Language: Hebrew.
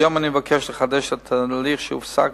היום אני מבקש לחדש את התהליך שהופסק,